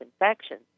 infections